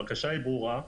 הבקשה ברורה.